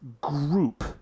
group